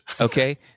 Okay